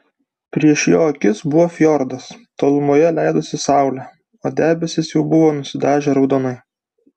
prieš jo akis buvo fjordas tolumoje leidosi saulė o debesys jau buvo nusidažę raudonai